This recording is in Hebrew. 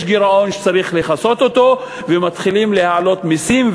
יש גירעון שצריך לכסות אותו ומתחילים להעלות מסים.